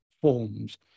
forms